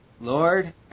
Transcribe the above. Lord